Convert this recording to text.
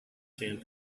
sand